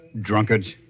Drunkards